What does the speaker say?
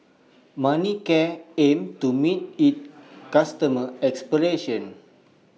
Manicare aims to meet its customers' expectations